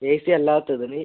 A C അല്ലാത്തതിന്